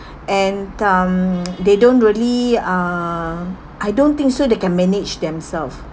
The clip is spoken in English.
and um they don't really uh I don't think so they can manage themselves